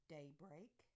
Daybreak